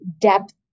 depth